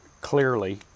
clearly